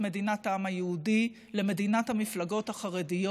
מדינת העם היהודי למדינת המפלגות החרדיות.